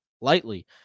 lightly